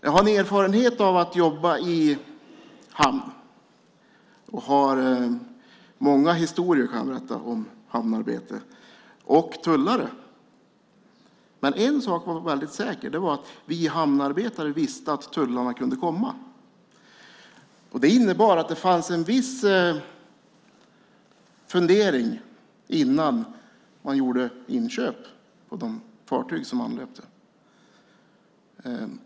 Jag har erfarenhet av att jobba i hamn. Jag kan berätta många historier om hamnarbete och tullare. En sak var väldigt säker, och det var att vi hamnarbetare visste att tullarna kunde komma. Det innebar att det fanns en viss fundering innan man gjorde inköp på de fartyg som anlöpte.